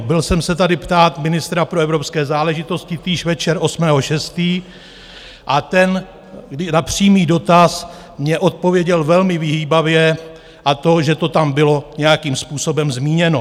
Byl jsem se tady ptát ministra pro evropské záležitosti týž večer 8. 6. a ten mi na přímý dotaz odpověděl velmi vyhýbavě, a to, že to tam bylo nějakým způsobem zmíněno.